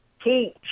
teach